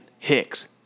hicks